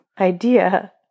idea